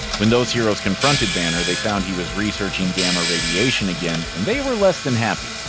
when those heroes confronted banner, they found he was researching gamma radiation again, and they were less than happy.